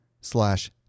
slash